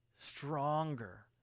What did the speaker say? stronger